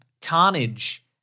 Carnage